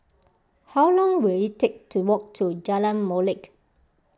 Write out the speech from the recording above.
how long will it take to walk to Jalan Molek